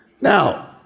Now